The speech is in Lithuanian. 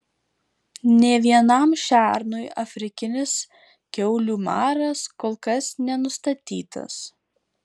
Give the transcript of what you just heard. nė vienam šernui afrikinis kiaulių maras kol kas nenustatytas